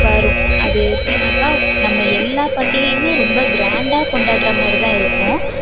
வரும் அது எப்படினாக்கா நம்ம எல்லா பண்டிகையுமே ரொம்ப கிராண்டாக கொண்டாடுறமாதிரி தான் இருக்கும்